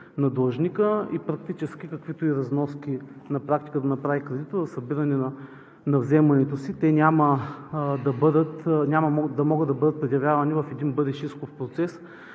на длъжника и практически каквито и разноски на практика да направи кредитора – събиране на вземането си, те няма да могат да бъдат предявявани в един бъдещ исков процес,